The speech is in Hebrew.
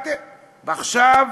ועכשיו,